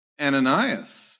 Ananias